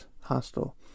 Hostel